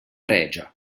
regia